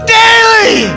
daily